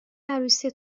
عروسی